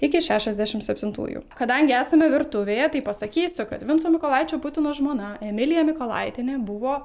iki šešiasdešimt septintųjų kadangi esame virtuvėje tai pasakysiu kad vinco mykolaičio putino žmona emilija mykolaitienė buvo